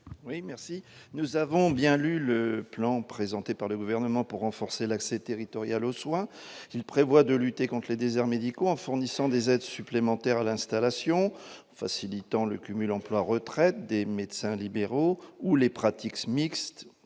oui merci. Nous avons bien lu le plan présenté par le gouvernement pour renforcer l'axe et territoriale, aux soins, il prévoit de lutter contre les déserts médicaux en fournissant des aides supplémentaires l'installation facilitant le cumul emploi-retraite des médecins libéraux ou les pratiques mixtes,